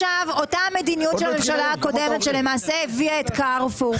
אותה מדיניות של הממשלה הקודמת שלמעשה הביאה את קרפור,